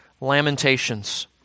Lamentations